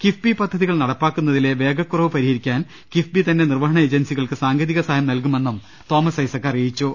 കിഫ്ബി പദ്ധതികൾ നടപ്പാക്കുന്നതിലെ വേഗക്കുറവ് പരിഹരിക്കാൻ കിഫ്ബി തന്നെ നിർവ്വഹണ ഏജൻസികൾക്ക് സാങ്കേതിക സഹായം നൽകുമെന്നും തോമസ് ഐസക് പുറഞ്ഞു